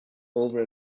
over